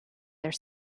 their